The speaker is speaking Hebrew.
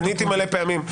עניתי הרבה פעמים.